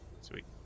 Sweet